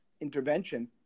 intervention